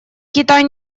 китай